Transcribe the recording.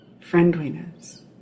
friendliness